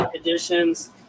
additions